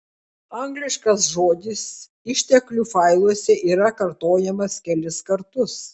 angliškas žodis išteklių failuose yra kartojamas kelis kartus